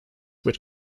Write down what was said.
which